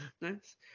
nice